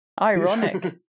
Ironic